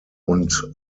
und